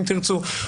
אם תרצו,